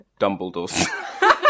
Dumbledore